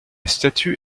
statue